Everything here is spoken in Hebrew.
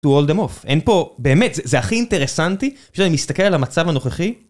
אין פה, באמת זה הכי אינטרסנטי, כשאני מסתכל על המצב הנוכחי